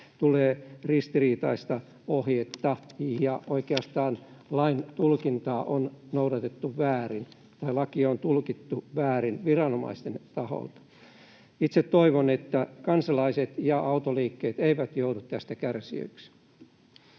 tulee ristiriitaista ohjetta tai lakia on tulkittu väärin viranomaisten taholta. Itse toivon, että kansalaiset ja autoliikkeet eivät joudu tässä kärsijöiksi.